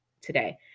today